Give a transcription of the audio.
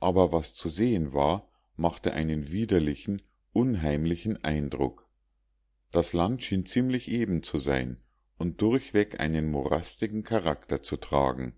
aber was zu sehen war machte einen widerlichen unheimlichen eindruck das land schien ziemlich eben zu sein und durchweg einen morastigen charakter zu tragen